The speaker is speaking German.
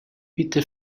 bitte